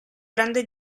grande